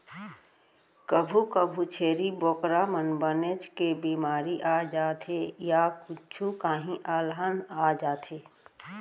कभू कभू छेरी बोकरा म बनेच के बेमारी आ जाथे य कुछु काही अलहन आ जाथे